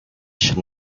should